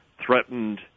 threatened